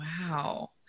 Wow